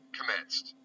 commenced